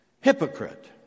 hypocrite